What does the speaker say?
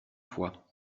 fois